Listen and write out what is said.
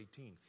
18